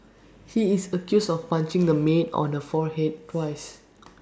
he is accused of punching the maid on her forehead twice